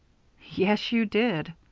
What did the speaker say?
yes, you did!